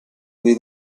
cui